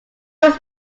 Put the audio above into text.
was